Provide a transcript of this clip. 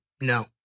No